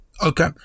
Okay